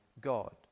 God